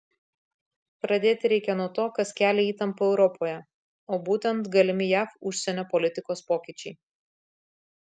pradėti reikia nuo to kas kelia įtampą europoje o būtent galimi jav užsienio politikos pokyčiai